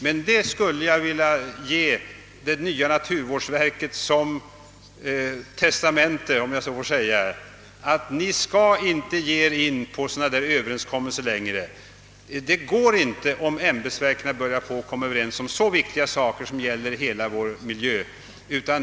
Jag skulle som »testamente» vilja ge det nya naturvårdsverket en maning att inte ge sig in på sådana överenskommelser i fortsättningen. Det duger inte att ämbetsverken börjar komma överens i så viktiga frågor, som ju rör hela vår miljö.